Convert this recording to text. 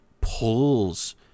pulls